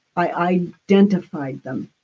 i identified them,